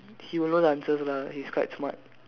he will know the answers lah he's quite smart